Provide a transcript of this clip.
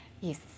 Yes